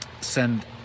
send